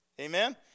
Amen